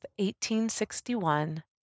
1861